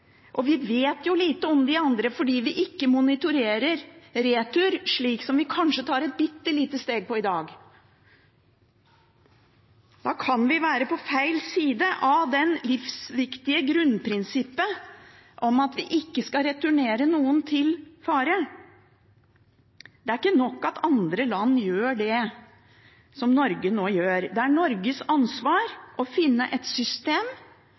og vi vet jo lite om de andre fordi vi ikke monitorerer retur, slik som vi kanskje tar et bitte lite steg for i dag. Da kan vi være på feil side av det livsviktige grunnprinsippet om at vi ikke skal returnere noen til fare. Det er ikke nok at andre land gjør det som Norge nå gjør, det er Norges ansvar å finne et system